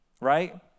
right